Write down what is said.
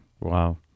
Wow